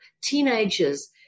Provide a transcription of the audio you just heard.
teenagers